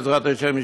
בעזרת השם,